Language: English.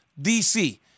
DC